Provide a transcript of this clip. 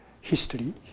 history